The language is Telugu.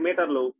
01మీటర్లు